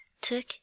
took